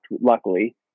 luckily